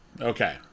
Okay